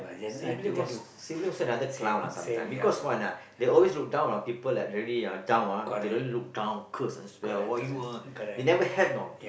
sibling also sibling also another clown lah sometime because one ah they always look down on people that really ah down ah they really look down curse and swear !wah! you ah they never help know